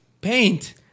paint